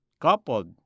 coupled